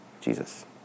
Jesus